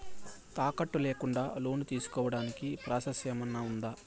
తాకట్టు లేకుండా లోను తీసుకోడానికి ప్రాసెస్ ఏమన్నా ఉందా?